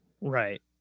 Right